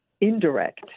indirect